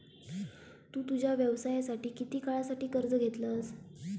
तु तुझ्या व्यवसायासाठी किती काळासाठी कर्ज घेतलंस?